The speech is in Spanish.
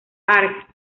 arq